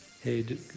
hey